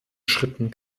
schritten